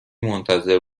منتظر